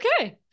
okay